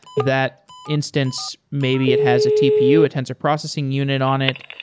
that instance, maybe it has a tpu, a tensor processing unit on it.